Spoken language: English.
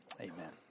Amen